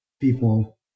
people